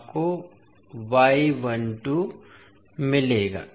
आपको मिलेगा